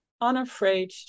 unafraid